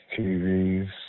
tvs